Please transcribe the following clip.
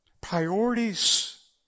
Priorities